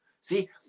See